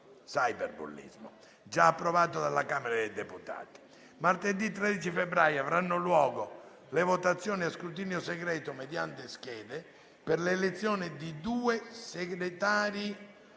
cyberbullismo, già approvato dalla Camera dei deputati. Martedì 13 febbraio avranno luogo le votazioni a scrutinio segreto, mediante schede, per l'elezione di due senatori